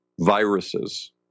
viruses